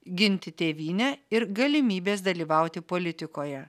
ginti tėvynę ir galimybės dalyvauti politikoje